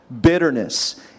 bitterness